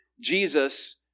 Jesus